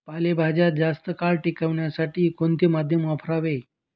पालेभाज्या जास्त काळ टिकवण्यासाठी कोणते माध्यम वापरावे?